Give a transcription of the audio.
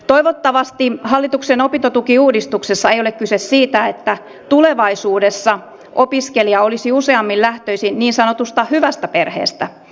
toivottavasti hallituksen opintotukiuudistuksessa ei ole kyse siitä että tulevaisuudessa opiskelija olisi useammin lähtöisin niin sanotusta hyvästä perheestä